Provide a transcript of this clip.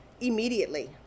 immediately